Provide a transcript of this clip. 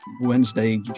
Wednesday